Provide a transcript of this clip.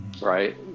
right